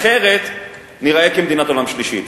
אחרת ניראה כמדינת עולם שלישי.